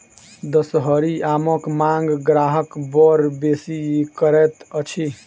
दसहरी आमक मांग ग्राहक बड़ बेसी करैत अछि